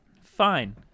fine